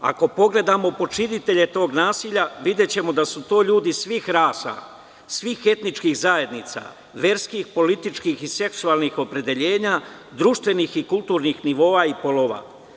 Ako pogledamo počinitelje tog naselja, videćemo da su to ljudi svih rasa, svih etničkih zajednica, verskih, političkih i seksualnih opredeljenja, društvenih i kulturnih nivoa i polova.